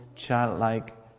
childlike